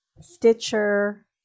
Stitcher